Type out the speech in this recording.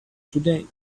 today